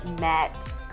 met